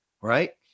right